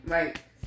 Right